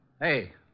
Hey